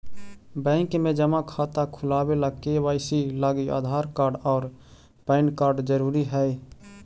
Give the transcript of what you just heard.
bank में जमा खाता खुलावे ला के.वाइ.सी लागी आधार कार्ड और पैन कार्ड ज़रूरी हई